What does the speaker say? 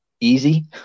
easy